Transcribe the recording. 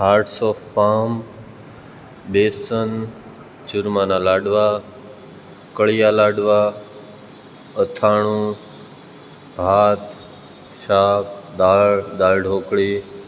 hearts of palm બેસન ચૂરમાનાં લાડવા કળિયા લાડવા અથાણું ભાત શાક દાળ દાળ ઢોકળી